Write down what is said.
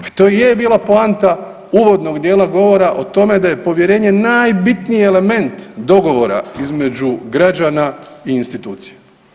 Pa to i je bila poanta uvodnog dijela govora o tome da je povjerenje najbitniji element dogovora između građana i institucija.